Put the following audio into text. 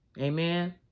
Amen